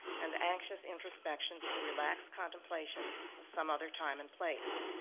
and the anxious introspection to the relaxed contemplation of some other time and place.